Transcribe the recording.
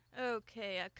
Okay